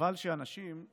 חבל שאנשים,